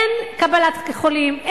אין קבלת חולים,